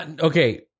Okay